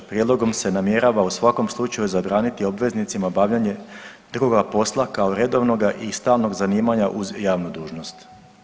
Prijedlogom se namjerava u svakom slučaju zabraniti obveznicima obavljanje drugoga posla kao redovnoga i stalnog zanimanja uz javnu dužnost.